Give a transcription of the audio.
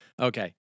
Okay